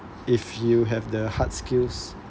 if you have the hard skills